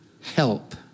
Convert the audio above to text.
help